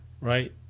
right